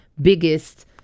biggest